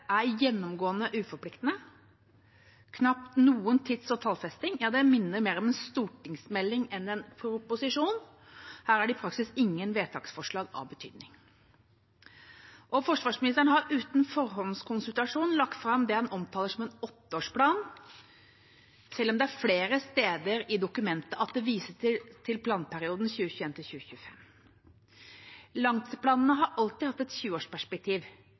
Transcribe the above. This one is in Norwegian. er gjennomgående uforpliktende, knapt noen tids- og tallfesting. Det minner mer om en stortingsmelding enn en proposisjon. Her er det faktisk ingen vedtaksforslag av betydning. Forsvarsministeren har uten forhåndskonsultasjon lagt fram det han omtaler som en 8-årsplan, selv om det flere steder i dokumentet vises til planperioden 2021–2025. Langtidsplanene har alltid hatt et